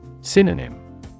Synonym